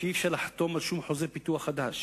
שאי-אפשר לחתום על שום חוזה פיתוח חדש.